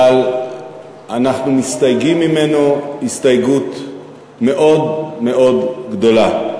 אבל אנחנו מסתייגים ממנו הסתייגות מאוד מאוד גדולה.